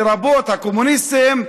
לרבות הקומוניסטים,